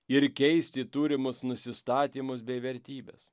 ir keisti turimus nusistatymus bei vertybes